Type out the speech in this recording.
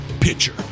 pitcher